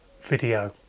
video